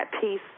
peace